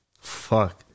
Fuck